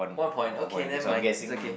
one point okay never mind it's okay